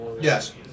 Yes